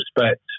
respect